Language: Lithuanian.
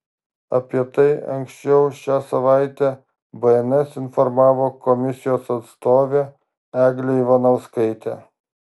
apie tai anksčiau šią savaitę bns informavo komisijos atstovė eglė ivanauskaitė